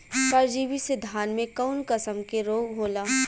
परजीवी से धान में कऊन कसम के रोग होला?